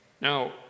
now